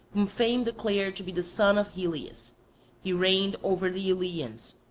whom fame declared to be the son of helios he reigned over the eleans,